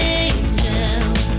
angels